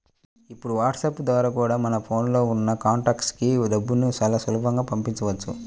ఇప్పుడు వాట్సాప్ ద్వారా కూడా మన ఫోన్ లో ఉన్న కాంటాక్ట్స్ కి డబ్బుని చాలా సులభంగా పంపించవచ్చు